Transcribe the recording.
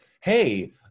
hey